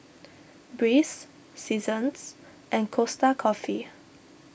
Breeze Seasons and Costa Coffee